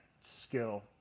skill